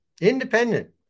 independent